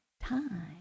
time